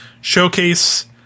showcase